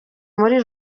muri